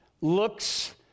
looks